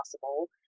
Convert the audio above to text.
possible